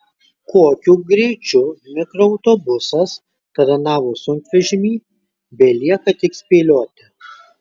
kokiu greičiu mikroautobusas taranavo sunkvežimį belieka tik spėlioti